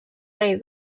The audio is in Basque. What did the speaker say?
nahi